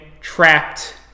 trapped